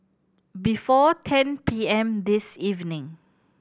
before ten P M this evening